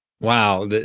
Wow